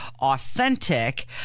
authentic